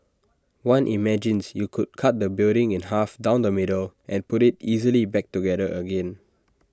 one imagines you could cut the building in half down the middle and put IT easily back together again